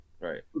right